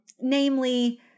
namely